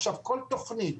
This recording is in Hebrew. עכשיו כל תכנית